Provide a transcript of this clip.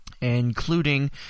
including